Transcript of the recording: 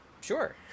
sure